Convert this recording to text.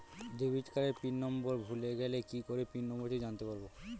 Debit কার্ডের pin number ভুলে গেলে কি করে পিন নম্বরটি জানতে পারবো?